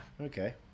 Okay